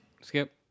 Skip